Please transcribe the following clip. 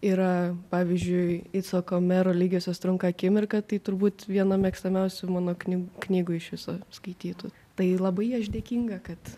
yra pavyzdžiui icoko mero lygiosios trunka akimirką tai turbūt viena mėgstamiausių mano kny knygų iš viso skaitytų tai labai aš dėkinga kad